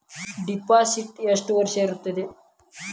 Deposit ಎಷ್ಟು ವರ್ಷ ಇರುತ್ತದೆ?